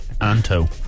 Anto